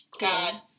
God